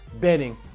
betting